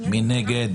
מי נגד.